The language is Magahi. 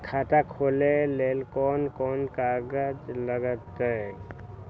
खाता खोले ले कौन कौन कागज लगतै?